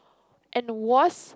and worst